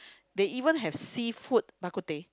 they even have seafood Bak-kut-teh